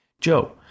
Joe